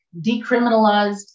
decriminalized